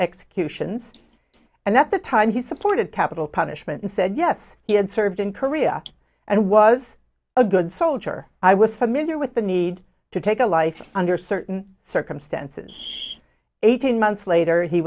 executions and at the time he supported capital punishment and said yes he had served in korea and was a good soldier i was familiar with the need to take a life under certain circumstances eighteen months later he